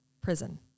Prison